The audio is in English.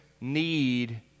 need